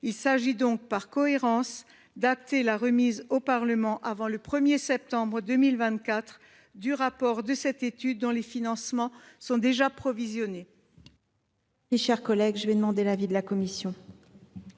Il s’agit donc, par cohérence, d’acter la remise au Parlement avant le 1 septembre 2024 du rapport de cette étude, dont les financements sont déjà provisionnés.